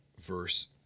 verse